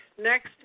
Next